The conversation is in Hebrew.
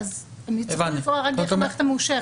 אז הם יהיו צריכים לפעול רק דרך המערכת המאושרת.